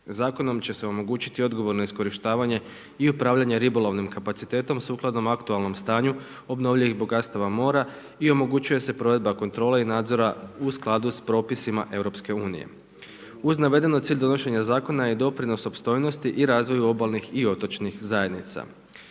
Zakonom će se omogućiti odgovorno iskorištavanje i upravljanje ribolovnim kapacitetom sukladno aktualnom stanju obnovljivih bogatstava mora i omogućuje se provedba kontrole i nadzora u skladu s propisima EU-a. Uz navedeno, cilj donošenja zakona je doprinos opstojnosti i razvoju obalnih i otočnih zajednica.